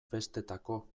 festetako